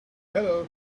hello